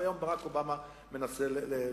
שהיום ברק אובמה מנסה לתקן.